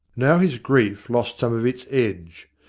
now his grief lost some of its edge.